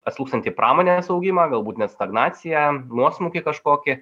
atslūgstantį pramonės augimą galbūt net stagnaciją nuosmukį kažkokį